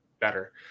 better